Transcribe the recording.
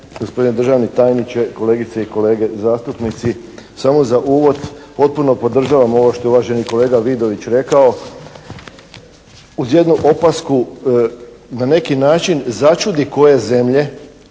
gospodine državni tajniče, kolegice i kolege zastupnici. Samo za uvod, potpuno podržavam ovo što je uvaženi kolega Vidović rekao, uz jednu opasku, na neki način začudi koje zemlje